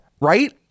Right